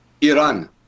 Iran